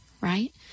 right